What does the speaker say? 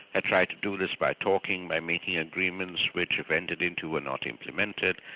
had tried to do this by talking, by making agreements which have entered into, and not implemented,